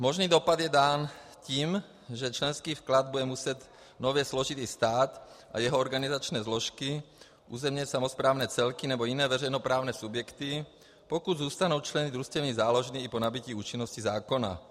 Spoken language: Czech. Možný dopad je dán tím, že členský vklad bude muset nově složit i stát a jeho organizační složky, územně samosprávné celky nebo jiné veřejnoprávní subjekty, pokud zůstanou členy družstevní záložny i po nabytí účinnosti zákona.